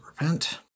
repent